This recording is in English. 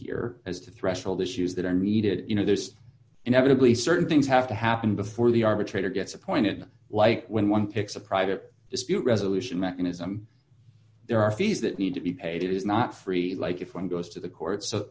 here as to threshold issues that are needed you know there's inevitably certain things have to happen before the arbitrator gets appointed like when one picks a private dispute resolution mechanism there are fees that need to be paid it is not free like if one dollar goes to the courts so